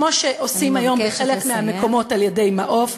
כמו שעושים היום בחלק מהמקומות על-ידי "מעוף"